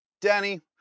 Danny